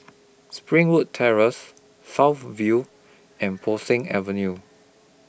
Springwood Terrace South View and Bo Seng Avenue